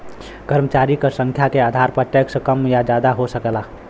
कर्मचारी क संख्या के आधार पर टैक्स कम या जादा हो सकला